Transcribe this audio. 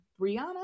Brianna